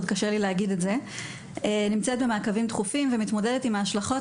נמצאת במעקבים תכופים ומתמודדת עם ההשלכות